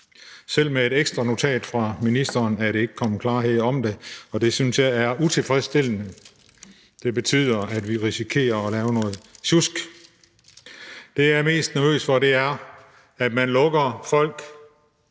Selv med et ekstra notat fra ministeren er der ikke kommet klarhed om det, og det synes jeg er utilfredsstillende. Det betyder, at vi risikerer at lave noget sjusk. Det, jeg er mest nervøs for, er, at man lukker folk